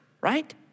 right